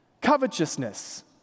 Covetousness